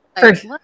First